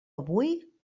avui